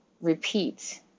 repeat